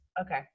Okay